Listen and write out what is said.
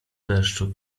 deszczu